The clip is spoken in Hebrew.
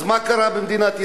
אז מה קרה במדינת ישראל?